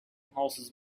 houses